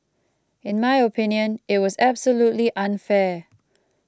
in my opinion it was absolutely unfair